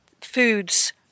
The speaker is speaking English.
foods